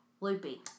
loopy